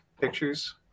pictures